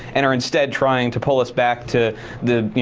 and are instead trying to pull us back to the, you